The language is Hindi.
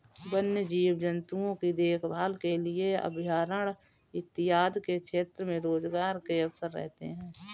वन्य जीव जंतुओं की देखभाल के लिए अभयारण्य इत्यादि के क्षेत्र में रोजगार के अवसर रहते हैं